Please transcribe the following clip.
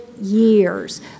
years